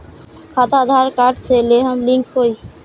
खाता आधार कार्ड से लेहम लिंक होई?